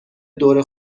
دور